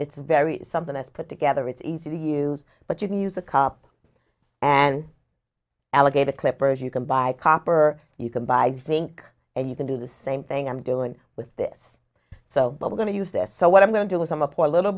it's very something that's put together it's easy to use but you can use a cup and alligator clippers you can buy copper you can buy think and you can do the same thing i'm doing with this so i'm going to use this so what i'm going to do is i'm a poor little